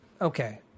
Okay